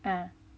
ah